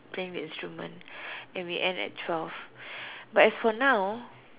playing the instrument and we end at twelve but as for now